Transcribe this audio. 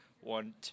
one